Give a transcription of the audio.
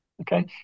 Okay